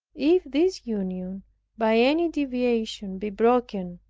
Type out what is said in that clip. if this union by any deviation be broken,